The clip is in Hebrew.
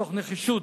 מתוך נחישות.